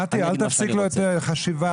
נתי, אל תפסיק לו את קו החשיבה.